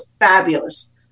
fabulous